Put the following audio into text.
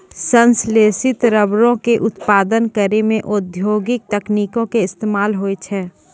संश्लेषित रबरो के उत्पादन करै मे औद्योगिक तकनीको के इस्तेमाल होय छै